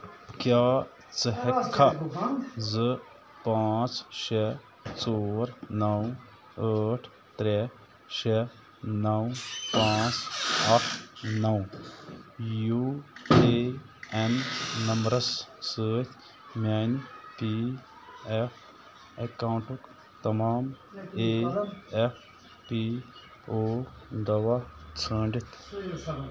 کیٛاہ ژٕ ہیٚکٕکھا زٕ پانٛژھ شےٚ ژور نو ٲٹھ ترٛےٚ شےٚ نو پانٛژھ اَکھ نو یو اےٚ اٮ۪ن نمبرس سۭتۍ میٛانہِ پی ایٚف اَکاؤنٹُک تمام اےٚ ایٚف پی او دوا ژھٲنٛڈِتھ